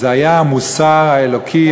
היה המוסר האלוקי,